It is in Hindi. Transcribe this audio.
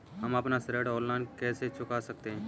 हम अपना ऋण ऑनलाइन कैसे चुका सकते हैं?